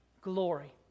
glory